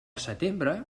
setembre